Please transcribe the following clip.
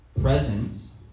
Presence